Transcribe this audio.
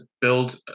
build